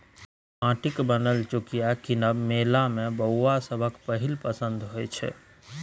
माटिक बनल चुकिया कीनब मेला मे बौआ सभक पहिल पसंद होइ छै